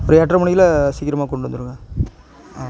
ஒரு எட்ரை மணிக்குள்ளே சீக்கிரமாக கொண்டு வந்துருங்க ஆ